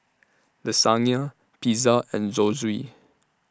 Lasagna Pizza and Zosui